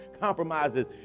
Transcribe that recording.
compromises